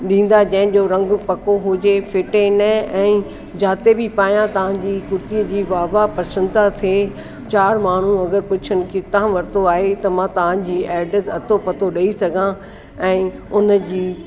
ॾींदा कंहिंजो रंगु पको हुजे फिटे न ऐं जिते बि पायां तव्हांजी कुर्तीअ जी वाह वाह प्रशंसा थिए चार माण्हू अगरि पुछनि किथां वरितो आहे त मां तव्हां जी एड्रेस अतो पतो ॾेई सघां ऐं उन जी